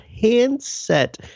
handset